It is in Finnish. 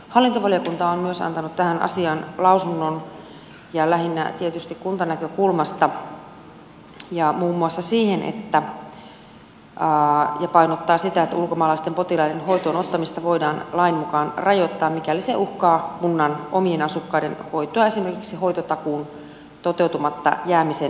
hallintovaliokunta on myös antanut tähän asiaan lausunnon ja lähinnä tietysti kuntanäkökulmasta ja muun muassa painottaa sitä että ulkomaalaisten potilaiden hoitoon ottamista voidaan lain mukaan rajoittaa mikäli se uhkaa kunnan omien asukkaiden hoitoa esimerkiksi hoitotakuun toteutumatta jäämisen muodossa